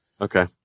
Okay